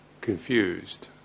confused